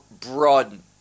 broaden